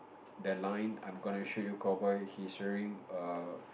the line I'm gonna shoot you cowboy he's wearing err